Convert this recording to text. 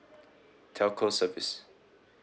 telco service